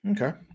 Okay